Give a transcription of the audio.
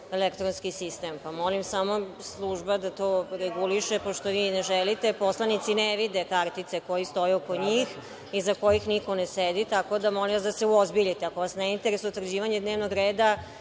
elektronski sistem. Molim samo da služba to reguliše, pošto vi ne želite. Poslanici ne vide kartice koje stoje oko njih i iza kojih niko ne sedi, tako da vas molim da se uozbiljite. Ako vas ne interesuje utvrđivanje dnevnog reda,